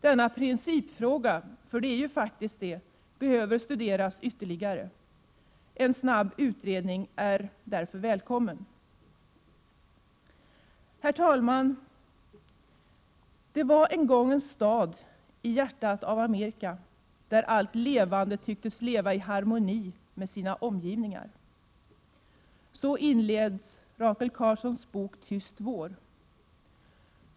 Denna principfråga, för det är det ju faktiskt, behöver studeras ytterligare. En snabb utredning är därför välkommen. Herr talman! ”Det var en gång en stad i hjärtat av Amerika där allt levande tycktes leva i harmoni med sina omgivningar.” Så inleds Rachel Carsons bok Tyst vår.